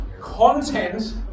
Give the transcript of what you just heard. content